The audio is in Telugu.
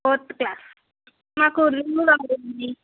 ఫోర్త్ క్లాస్ స్కూల్కి రాలేదండి